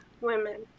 women